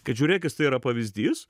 kad žiūrėk jisai yra pavyzdys